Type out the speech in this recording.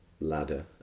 ladder